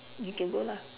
you can go lah